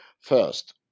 First